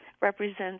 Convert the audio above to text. represents